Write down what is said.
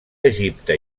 egipte